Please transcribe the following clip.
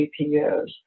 GPUs